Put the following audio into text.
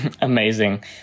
Amazing